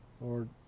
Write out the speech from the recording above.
Lord